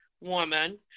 woman